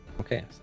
Okay